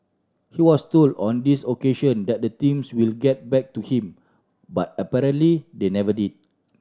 he was told on this occasion that the teams will get back to him but apparently they never did